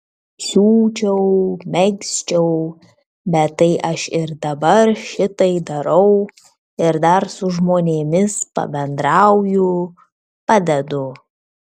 siūčiau megzčiau bet tai aš ir dabar šitai darau ir dar su žmonėms pabendrauju padedu